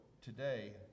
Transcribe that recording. today